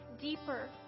deeper